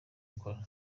gukora